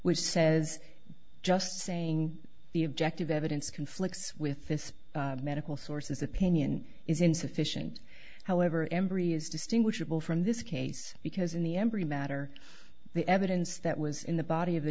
which says just saying the objective evidence conflicts with this medical sources opinion is insufficient however embry is distinguishable from this case because in the embry matter the evidence that was in the body of